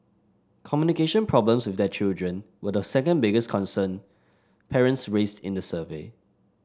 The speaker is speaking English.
communication problems with their children were the second biggest concern parents raised in the survey